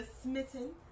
Smitten